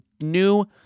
new